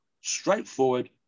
straightforward